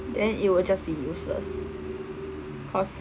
then it will just be useless cause